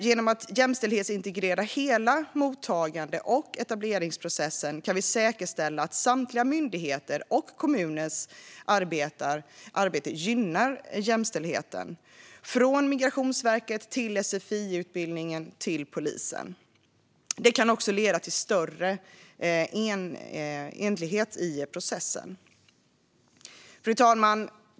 Genom att jämställdhetsintegrera hela mottagande och etableringsprocessen kan vi säkerställa att samtliga myndigheters och kommuners arbete gynnar jämställdheten, från Migrationsverket och sfi-utbildningen till polisen. Det kan också leda till större enhetlighet i processen. Fru talman!